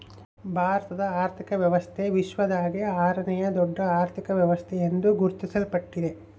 ಭಾರತದ ಆರ್ಥಿಕ ವ್ಯವಸ್ಥೆ ವಿಶ್ವದಾಗೇ ಆರನೇಯಾ ದೊಡ್ಡ ಅರ್ಥಕ ವ್ಯವಸ್ಥೆ ಎಂದು ಗುರುತಿಸಲ್ಪಟ್ಟಿದೆ